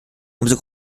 umso